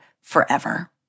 forever